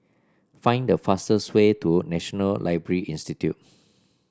find the fastest way to National Library Institute